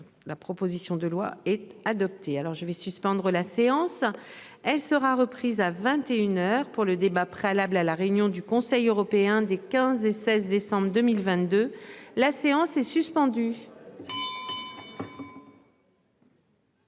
La proposition de loi est adopté. Alors je vais suspendre la séance. Elle sera reprise à 21h pour le débat préalable à la réunion du Conseil européen des 15 et 16 décembre 2022. La séance est suspendue.